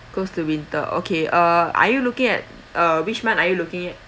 close to winter okay uh are you looking at uh which month are you looking at